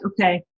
okay